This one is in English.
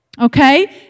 Okay